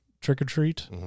trick-or-treat